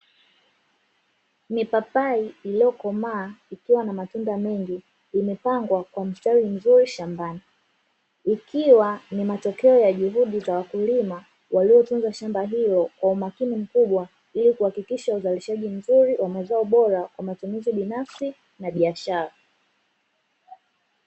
Mipapai iliyokomaa ikiwa na matunda mengi imepangwa kwa mstari mzuri shambani. Ikiwa ni matokeo ya juhudi za wakulima waliotunza shamba hilo kwa umakini mkubwa ili kuhakikisha uzalishaji mzuri wa mazao bora kwa matumizi binafsi na biashara.